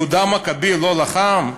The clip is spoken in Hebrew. יהודה המכבי, לא לחם?